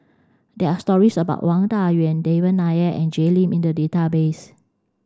there are stories about Wang Dayuan Devan Nair and Jay Lim in the database